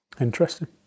Interesting